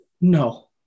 no